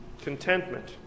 contentment